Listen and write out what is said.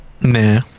Nah